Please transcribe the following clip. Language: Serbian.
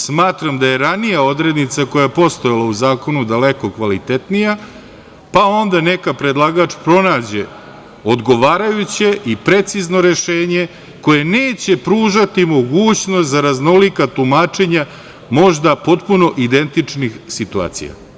Smatram da je ranija odrednica koja je postojala u zakonu daleko kvalitetnija, pa onda neka predlagač pronađe odgovarajuća i precizno rešenje koje neće pružati mogućnost za raznolika tumačenja možda potpuno identičnih situacija.